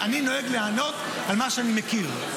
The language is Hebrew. אני נוהג לענות על מה שאני מכיר.